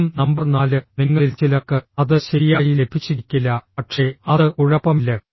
ചോദ്യം നമ്പർ നാല് നിങ്ങളിൽ ചിലർക്ക് അത് ശരിയായി ലഭിച്ചിരിക്കില്ല പക്ഷേ അത് കുഴപ്പമില്ല